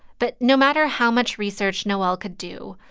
but no matter how much research noelle could do,